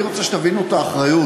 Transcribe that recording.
אני רוצה שתבינו את האחריות.